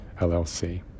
LLC